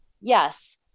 yes